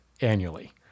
annually